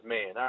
Man